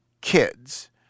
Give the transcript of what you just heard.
kids